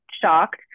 shocked